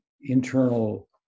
internal